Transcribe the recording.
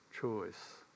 choice